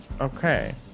okay